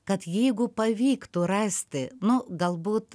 kad jeigu pavyktų rasti nu galbūt